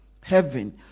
heaven